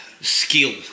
skill